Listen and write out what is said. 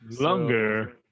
Longer